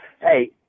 Hey